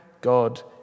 God